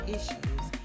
Issues